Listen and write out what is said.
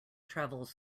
travels